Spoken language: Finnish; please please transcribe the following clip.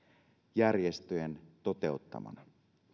järjestöjen toteuttamana